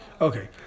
Okay